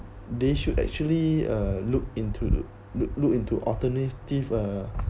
they should actually uh look into look look into alternative uh